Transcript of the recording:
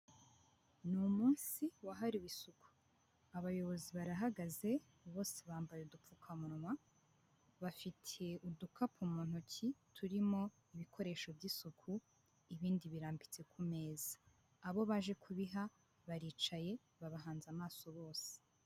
Ni umunsi wahariwe isuku abayobozi barahagaze bose bambaye udupfukamunwa, bafite udukapu mu ntoki turimo ibikoresho by'isuku ibindi birambitse ku meza, abo baje kubiha baricaye babahanze amaso bose.